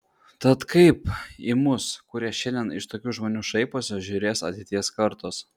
tad kaip į mus kurie šiandien iš tokių žmonių šaiposi žiūrės ateities kartos